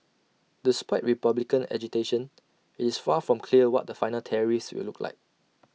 despite republican agitation IT is far from clear what the final tariffs will look like